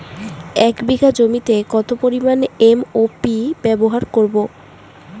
এক বিঘা জমিতে কত পরিমান এম.ও.পি ব্যবহার করব?